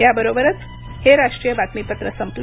याबरोबरच हे राष्ट्रीय बातमीपत्र संपलं